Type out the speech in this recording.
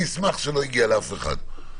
אני אשמח שלא הגיע לאף אחד.